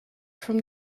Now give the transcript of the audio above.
from